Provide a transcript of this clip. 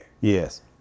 Yes